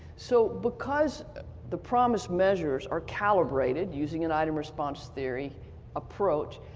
so because the promis measures are calibrated using an item response theory approach,